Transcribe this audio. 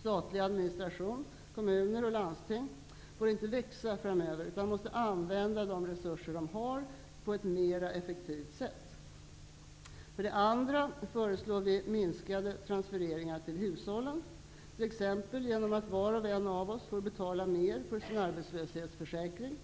Statlig administration, kommuner och landsting får inte växa framöver, utan tillgängliga resurser måste användas på ett mera effektivt sätt. För det andra föreslår vi minskade transfereringar till hushållen, t.ex. genom att var och en av oss får betala mer för sin arbetslöshetsförsäkring